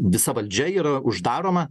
visa valdžia yra uždaroma